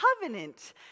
covenant